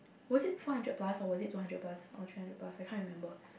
was it four hundred plus or two hundred plus or three hundred plus I can't remember